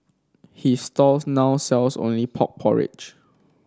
his stall now sells only pork porridge